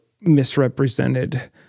misrepresented